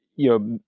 you know,